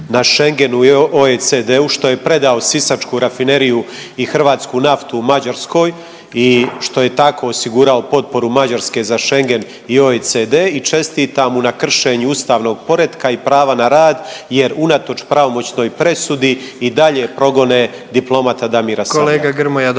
na Schengenu i OECD-u što je predao sisačku rafineriju i hrvatsku naftu Mađarskoj i što je tako osigurao potporu Mađarske za Schengen i OECD. I čestitam mu na kršenju ustavnog poretka i prava na rad jer unatoč pravomoćnoj presudi i dalje progone diplomata Damira Sabljaka.